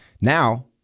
Now